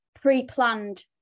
pre-planned